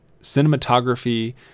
cinematography